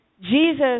Jesus